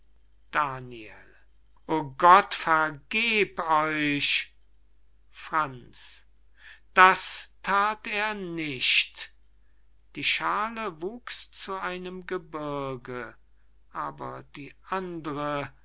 daniel o gott vergeb euch franz das that er nicht die schaale wuchs zu einem gebirge aber die andere